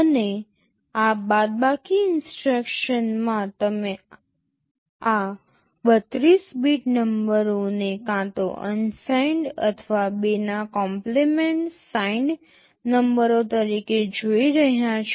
અને આ બાદબાકી ઇન્સટ્રક્શન્સમાં તમે આ 32 બીટ નંબરોને કાં તો અનસાઇનડ અથવા 2 ના કોમ્પલીમેન્ટ સાઇનડ નંબરો તરીકે જોઈ રહ્યા છો